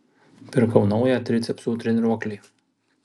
pirkau naują tricepsų treniruoklį